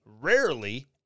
rarely